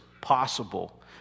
possible